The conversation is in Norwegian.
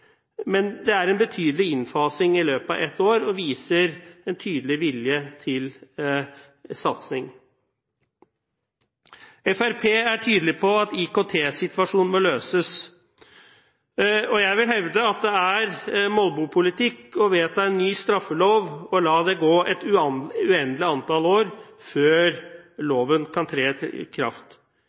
men det er en betydelig innfasing i løpet av ett år og viser en tydelig vilje til satsing. Fremskrittspartiet er tydelig på at IKT-situasjonen må løses, og jeg vil hevde at det er molbopolitikk å vedta en ny straffelov og la det gå et uendelig antall år før loven kan tre i kraft.